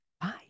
Bye